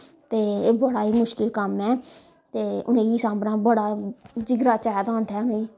ते एह् बड़ा ई मुशकिल कम्म ऐ ते उनेंगी सांभना बड़ा जिगरा चाही दा होदा ऐ उनेंगी